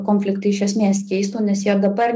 konfliktai iš esmės keisto nes jie dabar